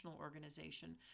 organization